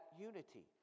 unity